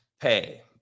pay